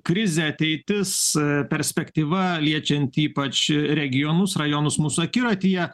krizė ateitis perspektyva liečianti ypač regionus rajonus mūsų akiratyje